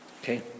Okay